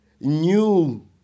new